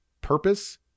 purpose